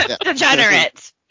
Degenerate